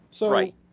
Right